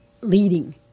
leading